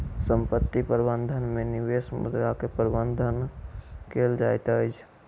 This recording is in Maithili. संपत्ति प्रबंधन में निवेश मुद्रा के प्रबंधन कएल जाइत अछि